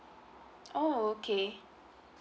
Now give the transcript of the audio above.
oh okay